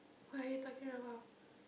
what are you talking about